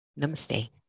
Namaste